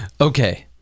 Okay